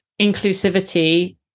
inclusivity